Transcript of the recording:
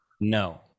no